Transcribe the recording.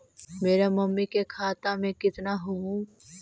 मेरा मामी के खाता में कितना हूउ?